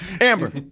Amber